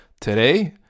Today –